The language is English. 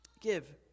Give